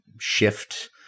shift